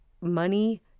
money